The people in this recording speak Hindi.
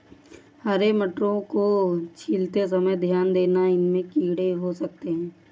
हरे मटरों को छीलते समय ध्यान देना, इनमें कीड़े हो सकते हैं